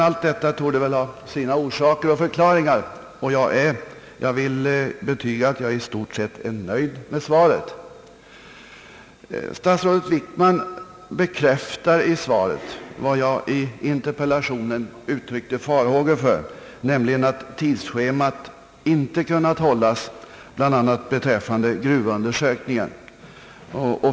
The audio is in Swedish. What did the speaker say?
Allt detta torde emellertid ha sina orsaker och förklaringar, och jag vill betyga att jag i stort sett är nöjd med svaret. Statsrådet Wickman bekräftar i svaret vad jag i interpellationen uttryckte farhågor för, nämligen att tidsschemat inte har kunnat hållas, bl.a. beträffande gruvundersökningen.